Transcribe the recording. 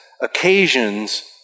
occasions